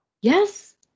Yes